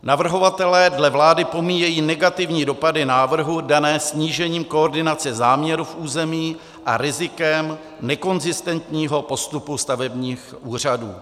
Navrhovatelé dle vlády pomíjejí negativní dopady návrhu dané snížením koordinace záměru v území a rizikem nekonzistentního postupu stavebních úřadů.